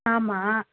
ஆமாம்